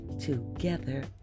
together